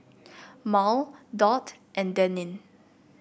Mal Dot and Denine